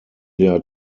der